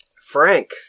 Frank